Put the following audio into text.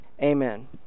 Amen